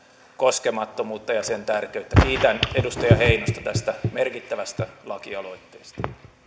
koskemattomuutta ja sen tärkeyttä kiitän edustaja heinosta tästä merkittävästä lakialoitteesta